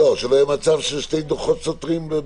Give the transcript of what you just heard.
שלא יהיה מצב של שני דוחות סותרים.